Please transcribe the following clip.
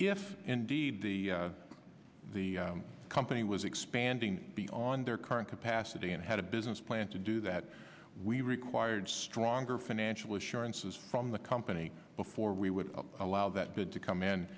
if indeed the the company was expanding beyond their current capacity and had a business plan to do that we required stronger financial assurances from the company before we would allow that bid to come in